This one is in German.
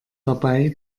dabei